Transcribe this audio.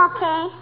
Okay